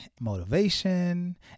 motivation